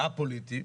א-פוליטי,